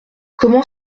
comment